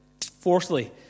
Fourthly